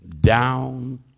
down